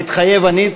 מתחייב אני.